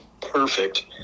perfect